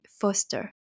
Foster